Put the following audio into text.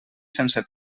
sense